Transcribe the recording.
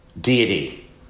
deity